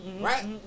Right